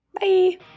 Bye